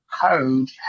code